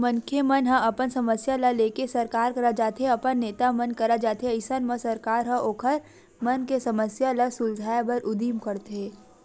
मनखे मन ह अपन समस्या ल लेके सरकार करा जाथे अपन नेता मन करा जाथे अइसन म सरकार ह ओखर मन के समस्या ल सुलझाय बर उदीम करथे